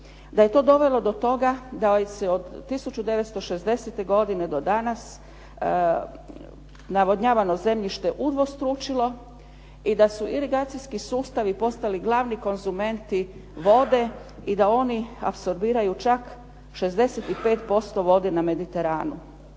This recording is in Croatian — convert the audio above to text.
da je to dovelo do toga da se od 1960. do danas navodnjavano zemljište udvostručilo i da su irigacijski sustavi postali glavni konzumenti vode i da oni apsorbiraju čak 65% vode na Mediteranu.